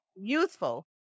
Youthful